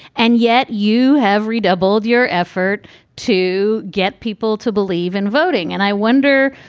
and yet you have redoubled your effort to get people to believe in voting. and i wonder,